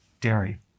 dairy